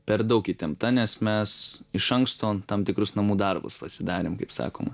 per daug įtempta nes mes iš anksto tam tikrus namų darbus pasidarėm kaip sakoma